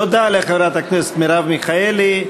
תודה לחברת הכנסת מרב מיכאלי.